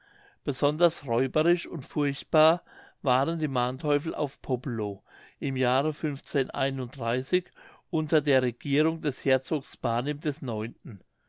besonders räuberisch und furchtbar waren die manteuffel auf poppelow im jahre unter der regierung des herzogs barnim ix